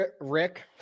Rick